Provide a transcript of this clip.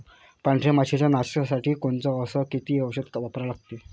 पांढऱ्या माशी च्या नाशा साठी कोनचं अस किती औषध वापरा लागते?